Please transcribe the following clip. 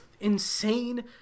insane